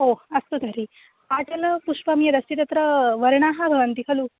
ओ अस्तु तर्हि पाटलपुष्पं यदस्ति तत्र वर्णाः भवन्ति खलु